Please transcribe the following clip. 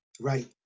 Right